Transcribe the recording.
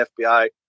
FBI